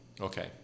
Okay